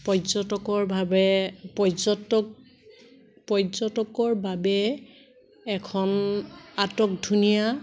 পৰ্যটকৰ বাবে এখন আটক ধুনীয়া